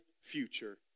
future